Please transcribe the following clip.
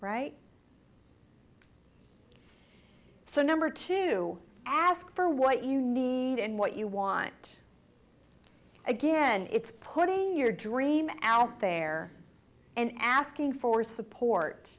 right so number two ask for what you need and what you want again it's putting your dream out there and asking for support